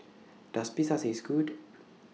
Does Pita Taste Good